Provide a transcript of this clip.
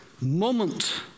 moment